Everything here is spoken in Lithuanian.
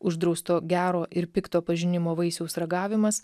uždrausto gero ir pikto pažinimo vaisiaus ragavimas